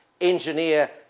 engineer